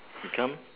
become